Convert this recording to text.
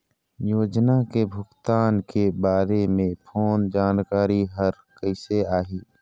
योजना के भुगतान के बारे मे फोन जानकारी हर कइसे आही?